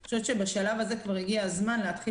אני חושבת שבשלב הזה כבר הגיע הזמן להתחיל